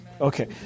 okay